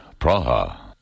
Praha